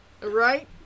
Right